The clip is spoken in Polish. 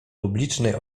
publicznej